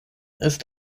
ist